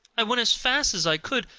i went as fast as i could,